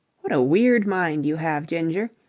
what a weird mind you have, ginger.